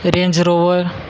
Range Rover